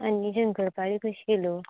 आनी शंकर पाळी कशी किलो